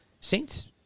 Saints